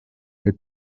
der